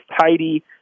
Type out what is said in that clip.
tidy